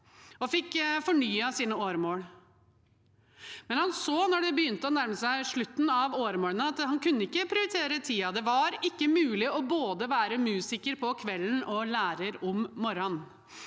og fikk fornyet sine åremål, men han så at da det begynte å nærme seg slutten av åremålet, kunne han ikke prioritere tiden. Det var ikke mulig å være både musiker om kvelden og lærer om morgenen,